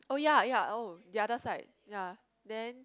oh ya ya oh the other side ya then